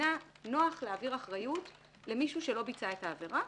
למדינה נוח להעביר אחריות למישהו שלא ביצע את העבירה,